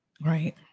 Right